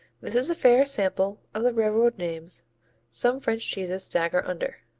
this is a fair sample of the railroad names some french cheeses stagger under.